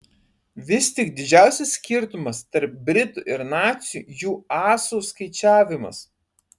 vis tik didžiausias skirtumas tarp britų ir nacių jų asų skaičiavimas